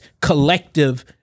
collective